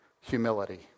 Humility